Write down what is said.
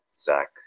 Zach